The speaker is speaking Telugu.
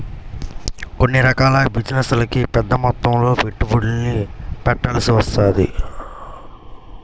కొన్ని రకాల బిజినెస్లకి పెద్దమొత్తంలో పెట్టుబడుల్ని పెట్టాల్సి వత్తది